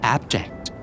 Abject